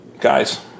Guys